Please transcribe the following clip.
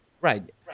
Right